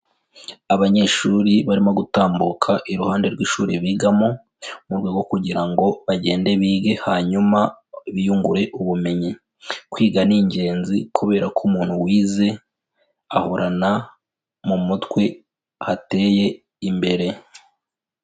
Abanyeshuri barimo gutambuka iruhande rw'ishuri bigamo, mu rwogo kugira ngo bagende bige hanyuma biyungure ubumenyi. Kwiga ni ingenzi kubera ko umuntu wize ahorana mu mutwe hateye imbere.